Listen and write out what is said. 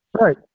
Right